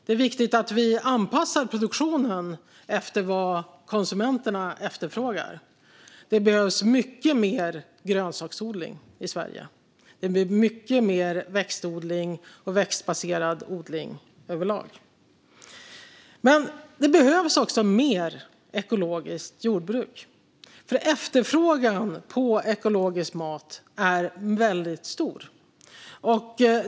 Det är viktigt att vi anpassar produktionen efter konsumenternas efterfrågan. Det behövs mycket mer grönsaksodling i Sverige. Det behövs mycket mer växtbaserad odling överlag. Men det behövs också mer ekologiskt jordbruk, för efterfrågan på ekologisk mat är väldigt stor.